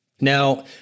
Now